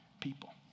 people